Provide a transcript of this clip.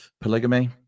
polygamy